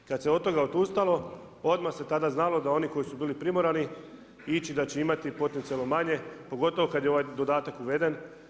Kad se od toga odustalo odmah se tada znalo da oni koji su bili primorani ići da će imati potencijalno manje, pogotovo kad je ovaj dodatak uveden.